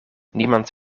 niemand